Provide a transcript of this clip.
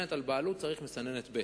והמסננת על בעלות, צריך מסננת ב'.